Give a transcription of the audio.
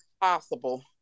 possible